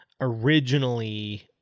originally